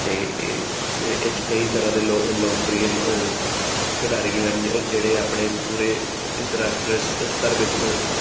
ਅਤੇ ਇਹ ਇ ਇਹ 'ਚ ਕਈ ਤਰ੍ਹਾਂ ਦੇ ਲੋ ਲੋਕਪ੍ਰਿਯ ਖਿਡਾਰੀ ਵੀ ਹਨ ਜ ਜਿਹੜੇ ਆਪਣੇ ਪੂਰੇ ਅੰਤਰਰਾਸ਼ਟਰੀ ਸ ਸਤਰ ਵਿੱਚ ਵ ਵ